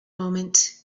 moment